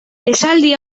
esaldi